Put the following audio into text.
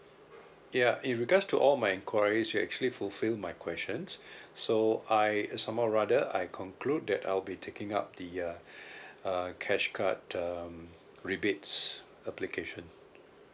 ya with regards to all my enquiries you've actually fulfil my questions so I somehow rather I conclude that I'll be taking up the uh uh cash card um rebates application